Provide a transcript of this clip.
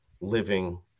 living